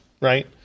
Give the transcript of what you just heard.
right